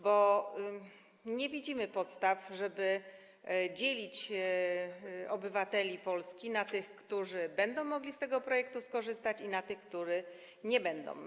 Bo nie widzimy podstaw, żeby dzielić obywateli Polski na tych, którzy będą mogli z tego projektu skorzystać, i na tych, którzy nie będą mogli.